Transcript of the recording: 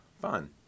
fun